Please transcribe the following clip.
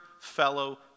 fellow